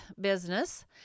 business